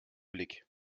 blick